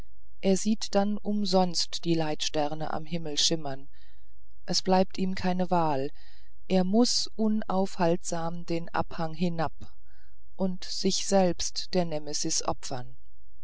er sieht dann umsonst die leitsterne am himmel schimmern ihm bleibt keine wahl er muß unaufhaltsam den abhang hinab und sich selbst der nemesis opfern